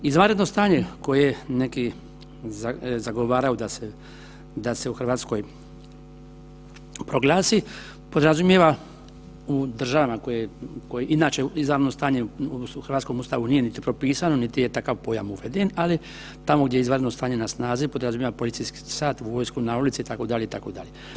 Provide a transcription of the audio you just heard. Izvanredno stanje koje neki zagovaraju da se u Hrvatskoj proglasi, podrazumijeva u državama koje inače izvanredno stanje, odnosno u hrvatskom Ustavu nije niti propisano niti je takav pojam uveden, ali tamo gdje je izvanredno stanje na snazi, podrazumijeva policijski sat, vojsku na ulici, itd., itd.